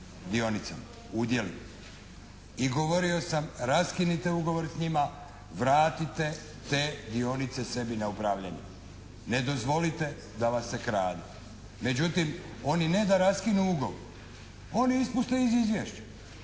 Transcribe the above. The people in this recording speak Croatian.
dionicama, udjelima i govorio sam raskinite ugovor s njima, vratite te dionice sebi na upravljanje, ne dozvolite da vas se krade. Međutim, oni ne da raskinu ugovor oni ispuste iz izvješća